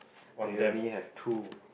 I rarely have two